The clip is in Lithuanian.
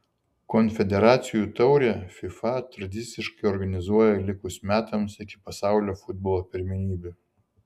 konfederacijų taurę fifa tradiciškai organizuoja likus metams iki pasaulio futbolo pirmenybių